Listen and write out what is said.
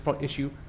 issue